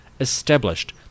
Established